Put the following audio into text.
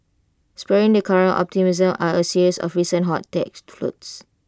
spurring the current optimism are A series of recent hot tech floats